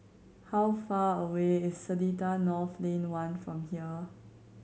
how far away is Seletar North Lane One from here